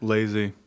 Lazy